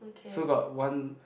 so got one